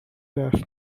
درس